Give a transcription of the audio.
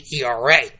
ERA